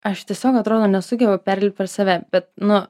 aš tiesiog atrodo nesugebu perlipt per save bet nu